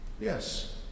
Yes